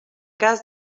cas